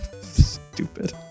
Stupid